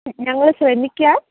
ഞങ്ങൾ ശ്രമിക്കാം